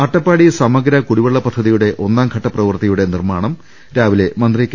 അട്ടപ്പാടി സമഗ്ര കുടിവെള്ള പദ്ധതിയുടെ ഒന്നാംഘട്ട പ്രവർത്തിയുടെ നിർമാണം രാവിലെ മന്ത്രി കെ